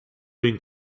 being